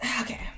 okay